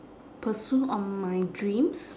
pursue on my dreams